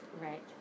right